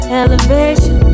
elevation